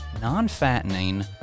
non-fattening